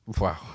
Wow